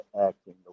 acting